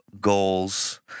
goals